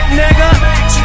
nigga